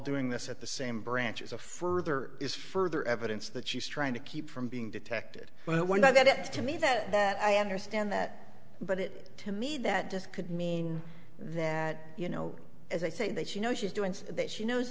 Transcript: doing this at the same branch is a further is further evidence that she's trying to keep from being detected but we're not that up to me that that i understand that but it to me that this could mean that you know as i say that you know she's doing that she knows